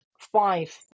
five